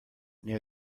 near